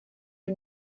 you